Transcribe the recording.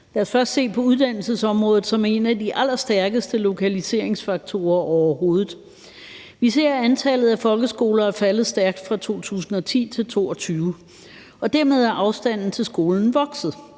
Lad os først se på uddannelsesområdet, som er en af de allerstærkeste lokaliseringsfaktorer overhovedet. Vi ser, at antallet af folkeskoler er faldet stærkt fra 2010 til 2022, og dermed er afstanden til skolen vokset,